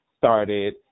started